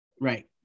Right